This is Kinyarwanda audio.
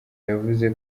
yavuze